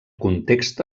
context